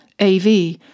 AV